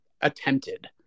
attempted